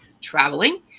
traveling